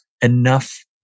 enough